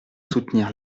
soutenir